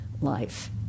life